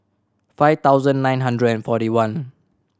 five thousand nine hundred and forty one